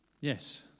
Yes